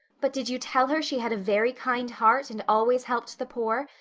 but did you tell her she had a very kind heart and always helped the poor,